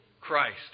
Christ